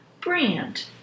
Brand